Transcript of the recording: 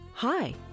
Hi